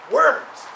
words